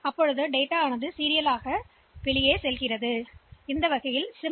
எனவே மீண்டும் அடுத்த பிட் இந்த சீரியல் வழியாக செல்வோம்